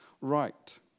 right